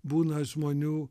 būna žmonių